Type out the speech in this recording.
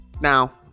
Now